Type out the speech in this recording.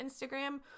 Instagram